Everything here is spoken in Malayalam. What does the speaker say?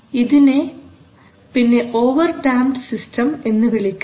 ഇതിനെ ഓവർ ഡാംപ്ഡ് സിസ്റ്റം എന്ന് വിളിക്കാം